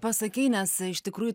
pasakei nes iš tikrųjų